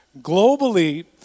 Globally